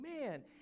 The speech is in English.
man